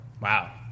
Wow